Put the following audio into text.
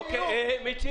--- זה מופיע.